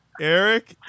Eric